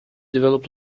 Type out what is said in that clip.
develop